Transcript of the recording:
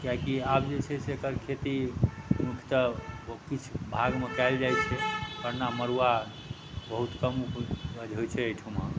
कियाकि आब जे छै से एकर खेती मुख्यतः किछु भागमे कएल जाइ छै वरना मड़ुआ बहुत कम उपज होइ छै एहिठाम